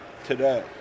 today